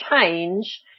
change